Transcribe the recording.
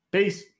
Peace